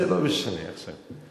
זה לא משנה עכשיו.